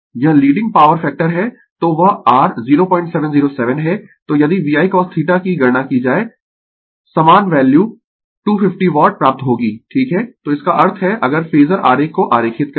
यह leading power factor है तो वह r 0707 है तो यदि VI cosθ की गणना की जाए समान वैल्यू 250 वाट प्राप्त होगी ठीक है तो इसका अर्थ है अगर फेजर आरेख को आरेखित करें